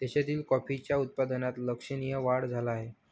देशातील कॉफीच्या उत्पादनात लक्षणीय वाढ झाला आहे